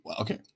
okay